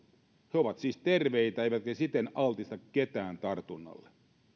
he ovat siis terveitä eivätkä siten altista ketään tartunnalle